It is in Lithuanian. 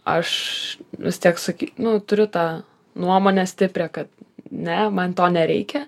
aš vis tiek saky nu turiu tą nuomonę stiprią kad ne man to nereikia